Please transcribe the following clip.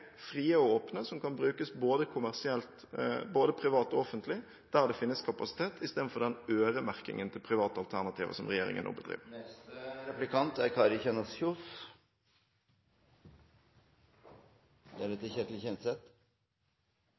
frie og åpne, som kan brukes både privat og offentlig, der det finnes kapasitet, istedenfor den øremerkingen til private alternativer som regjeringen nå bedriver.